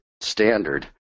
standard